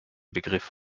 begriff